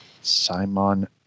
Simon